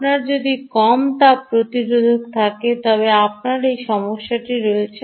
আপনার যদি কম তাপ প্রতিরোধের থাকে তবে আপনার এই সমস্যা রয়েছে